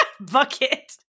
bucket